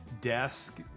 desk